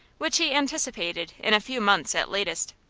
which he anticipated in a few months at latest.